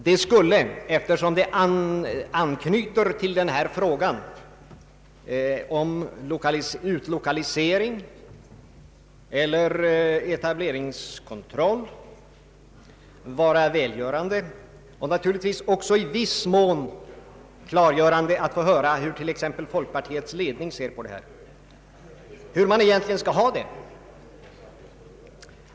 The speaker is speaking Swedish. Det skulle, eftersom det anknyter till hela den stora frågan om utlokalisering eller etableringskontroll, vara välgörande och naturligtvis också i viss mån klargörande att få höra hur t.ex. folkpartiets ledning ser på detta och hur folkpartiet egentligen vill ha det.